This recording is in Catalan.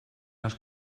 els